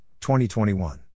2021